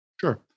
Sure